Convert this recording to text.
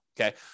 okay